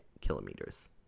kilometers